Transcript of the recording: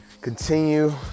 Continue